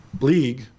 league